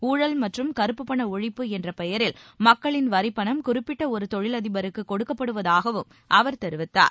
ஊழல் மற்றும் கருப்பு பண ஒழிப்பு என்ற பெயரில் மக்களின் வரிப்பணம் குறிப்பிட்ட ஒரு தொழில் அதிபருக்கு கொடுக்கப்படுவதாகவும் அவர் தெரிவித்தார்